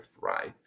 right